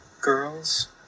Girls